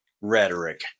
rhetoric